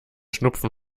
schnupfen